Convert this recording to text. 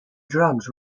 drugs